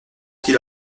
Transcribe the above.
qu’il